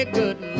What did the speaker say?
good